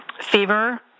fever